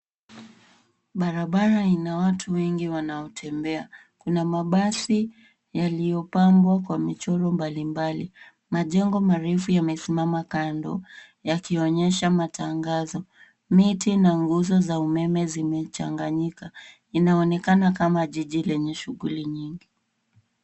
Barabara ina watu wengi wanaotembea, ina mabasi yaliyopambwa kwa michoro mbalimbali. Majengo marefu yamesimama kando, yakionyesha matangazo. Miti na nguzo za umeme zimechanganyika. Inaonekana kama jiji lenye shughuli nyingi.